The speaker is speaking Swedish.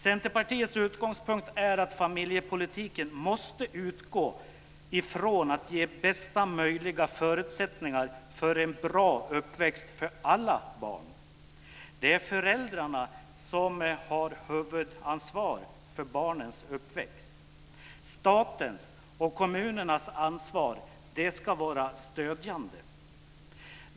Centerpartiets utgångspunkt är att familjepolitiken måste utgå från att ge bästa möjliga förutsättningar för en bra uppväxt för alla barn. Det är föräldrarna som har huvudansvar för barnens uppväxt. Statens och kommunernas ansvar ska vara stödjande.